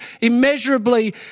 immeasurably